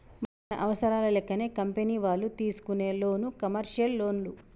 మన అవసరాల లెక్కనే కంపెనీ వాళ్ళు తీసుకునే లోను కమర్షియల్ లోన్లు